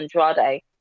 Andrade